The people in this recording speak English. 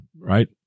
Right